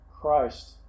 Christ